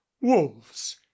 wolves